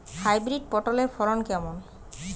Hybrid পটলের ফলন কেমন?